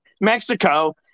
Mexico